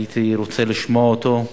הייתי רוצה לשמוע אותו.